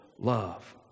love